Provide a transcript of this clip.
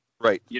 Right